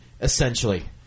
essentially